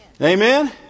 Amen